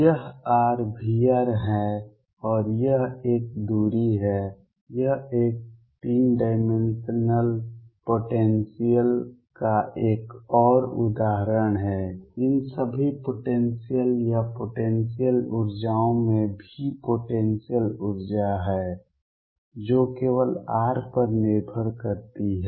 यह r V है और यह एक दूरी है यह एक 3 डाइमेंशनल पोटेंसियल का एक और उदाहरण है इन सभी पोटेंसियल या पोटेंसियल ऊर्जाओं में V पोटेंसियल ऊर्जा है जो केवल r पर निर्भर करती है